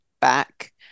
back